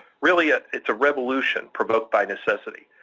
really, ah it's a revolution provoked by necessity.